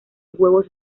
huevos